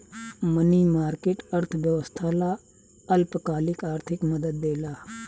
मनी market, अर्थव्यवस्था ला अल्पकालिक आर्थिक मदद देला